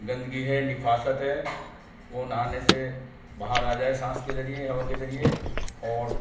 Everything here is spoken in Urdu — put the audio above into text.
گندگی ہے نفاست ہے وہ نہانے سے باہر آ جائے سانس کے ذریعے ہوا کے ذریعے اور